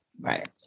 Right